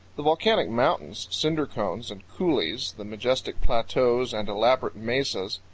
the volcanic mountains, cinder cones, and coulees, the majestic plateaus and elaborate mesas,